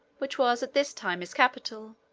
which was at this time his capital,